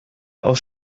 aus